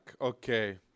okay